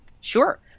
Sure